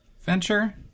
venture